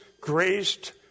graced